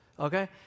Okay